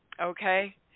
Okay